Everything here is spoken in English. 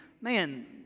man